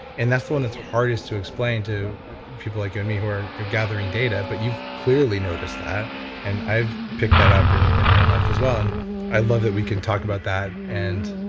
and that's the one that's hardest to explain to people like you and me who are gathering data but you've clearly noticed that and i've picked that up in in my own life as well and i love that we can talk about that and